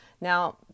Now